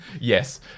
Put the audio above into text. Yes